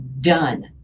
done